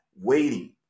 waiting